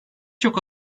çok